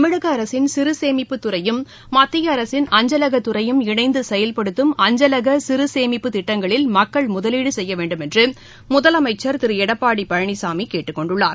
தமிழக அரசின் சிறுசேமிப்பு துறையும் மத்திய அரசின் அஞ்சலக துறையும் இணைந்து செயல்படுத்தும் அஞ்சலக சிறசேமிப்பு திட்டங்களில் மக்கள் முதலீடு செய்ய வேண்டும் என்று முதலமைச்சர் திரு எடப்பாடி பழனிசாமி கேட்டுக்கொண்டுள்ளார்